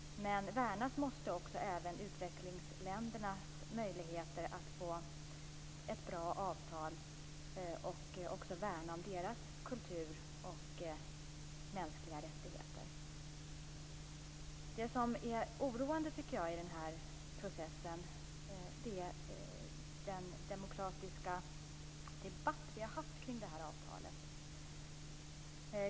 Men värnas måste också utvecklingsländernas möjlighet att få ett bra avtal, deras kultur och mänskliga rättigheter. Det som är oroande i den här processen är den demokratiska debatt vi haft kring avtalet.